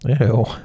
Ew